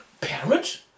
Parents